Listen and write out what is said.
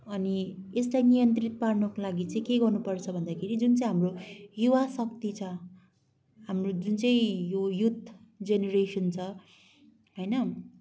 अनि यसलाई नियन्त्रित पार्नुको लागि चाहिँ के गर्नुपर्छ भन्दाखेरि जुन चाहिँ हाम्रो युवाशक्ति छ हाम्रो जुन चाहिँ यो युथ जेनेरेसन छ होइन